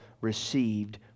received